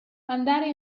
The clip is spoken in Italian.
andare